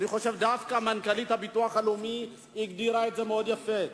אני חושב שדווקא מנכ"לית הביטוח הלאומי הגדירה את זה יפה מאוד,